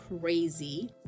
crazy